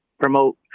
promote